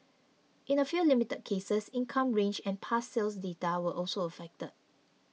in a few limited cases income range and past sales data were also affected